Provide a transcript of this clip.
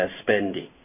spending